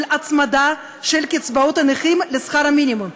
של הצמדת קצבאות הנכים לשכר המינימום,